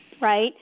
right